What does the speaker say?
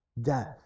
death